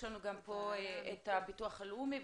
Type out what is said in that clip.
נמצאים פה מהביטוח הלאומי.